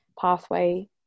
pathway